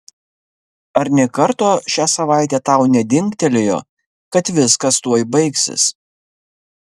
ar nė karto šią savaitę tau nedingtelėjo kad viskas tuoj baigsis